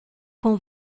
com